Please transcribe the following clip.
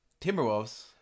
Timberwolves